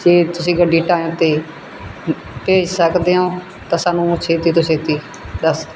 ਜੇ ਤੁਸੀਂ ਗੱਡੀ ਟੈਮ 'ਤੇ ਭੇਜ ਸਕਦੇ ਹੋ ਤਾਂ ਸਾਨੂੰ ਛੇਤੀ ਤੋਂ ਛੇਤੀ ਦੱਸ